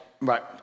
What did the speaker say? right